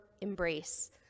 embrace